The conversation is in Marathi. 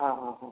हा हा हा